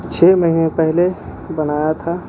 چھ مہینے پہلے بنایا تھا